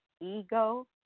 ego